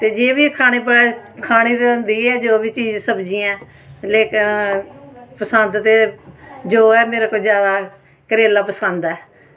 ते जे बी खानी पकानी खानी ते होंदी ऐ जो बी चीज सब्जी ऐ लैते दा पसंद ते जो ऐ मेरे पर जादै करेला पसंद ऐ